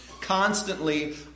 constantly